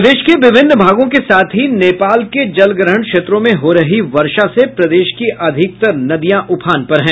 प्रदेश के विभिन्न भागों के साथ ही नेपाल के जलग्रहण क्षेत्रों में हो रही वर्षा से प्रदेश की अधिकतर नदियां उफान पर हैं